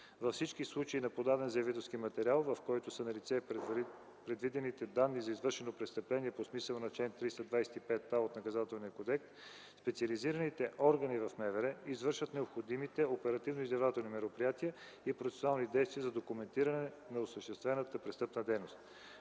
Във всички случаи на подаден заявителски материал, в който са налице предвидените данни за извършено престъпление по смисъла на чл. 325а от Наказателния кодекс, специализираните органи в МВР извършват необходимите оперативно-издирвателни мероприятия и процесуални действия за документиране на осъществената престъпна дейност.